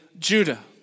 Judah